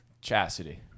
Chastity